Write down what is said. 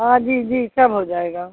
हाँ जी जी सब हो जाएगा